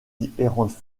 différentes